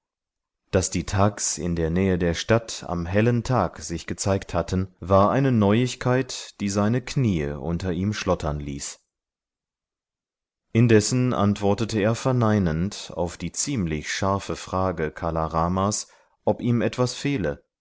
daß die thags in der nähe der stadt am hellen tag sich gezeigt hatten war eine neuigkeit die seine kniee unter ihm schlottern ließ indessen anwortete er verneinend auf die ziemlich scharfe frage kala ramas ob ihm etwas fehle